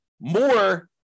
more